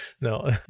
No